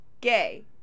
gay